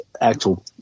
actual